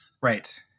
Right